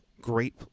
great